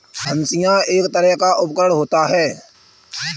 हंसिआ एक तरह का उपकरण होता है